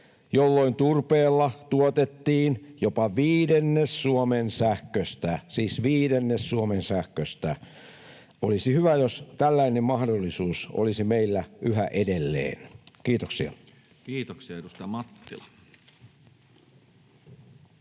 viidennes Suomen sähköstä — siis viidennes Suomen sähköstä. Olisi hyvä, jos tällainen mahdollisuus olisi meillä yhä edelleen. — Kiitoksia. Kiitoksia. — Ja edustaja Mattila.